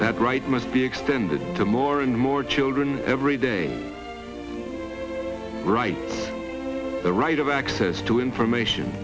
that right must be extended to more and more children every day right the right of access to information